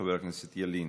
חבר הכנסת ילין,